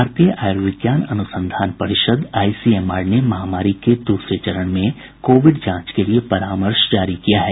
भारतीय आयुर्विज्ञान अनुसंधान परिषद आईसीएमआर ने महामारी के दूसरे चरण में कोविड जांच के लिये परामर्श जारी किया है